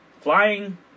flying